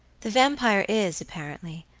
the vampire is, apparently,